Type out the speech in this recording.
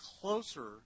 closer